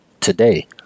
Today